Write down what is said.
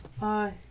Bye